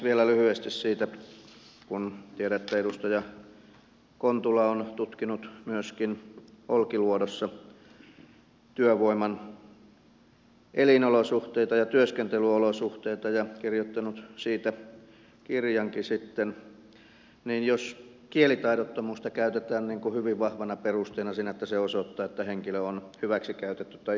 vielä lyhyesti siitä tiedän että edustaja kontula on tutkinut myöskin olkiluodossa työvoiman elinolosuhteita ja työskentelyolosuhteita ja kirjoittanut siitä kirjankin sitten jos kielitaidottomuutta käytetään hyvin vahvana perusteena siinä että se osoittaa että henkilö on hyväksikäytetty tai ihmiskaupan uhri